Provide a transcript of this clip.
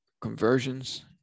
conversions